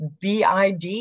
BID